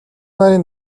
нарын